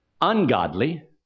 Ungodly